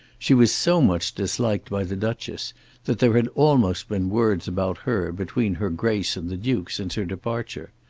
she was so much disliked by the duchess that there had almost been words about her between her grace and the duke since her departure.